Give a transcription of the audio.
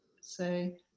say